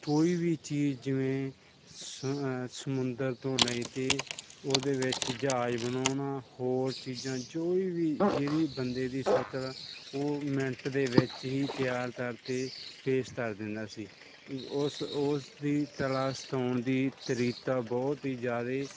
ਕੋਈ ਵੀ ਚੀਜ਼ ਜਿਵੇਂ ਸ ਸਮੁੰਦਰ ਤੋਂ ਲੈ ਕੇ ਉਹਦੇ ਵਿੱਚ ਜਹਾਜ਼ ਬਣਾਉਣਾ ਹੋਰ ਚੀਜ਼ਾਂ ਕੋਈ ਵੀ ਜਿਹੜੀ ਬੰਦੇ ਦੀ ਸਤਰ ਉਹ ਮਿੰਟ ਦੇ ਵਿੱਚ ਹੀ ਤਿਆਰ ਕਰਕੇ ਪੇਸ਼ ਕਰ ਦਿੰਦਾਂ ਸੀ ਉਸ ਉਸ ਦੀ ਤਲਾਸ਼ ਹੋਣ ਦੀ ਤਰੀਤਾ ਬਹੁਤ ਹੀ ਜ਼ਿਆਦਾ